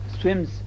swims